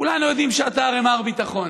הרי כולנו יודעים שאתה מר ביטחון.